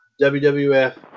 WWF